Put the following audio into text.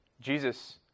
Jesus